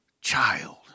child